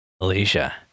Alicia